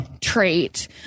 trait